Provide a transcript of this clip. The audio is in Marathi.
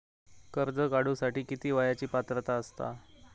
कर्ज काढूसाठी किती वयाची पात्रता असता?